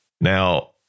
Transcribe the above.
Now